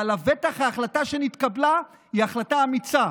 אבל לבטח ההחלטה שנתקבלה היא החלטה אמיצה.